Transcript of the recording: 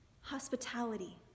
hospitality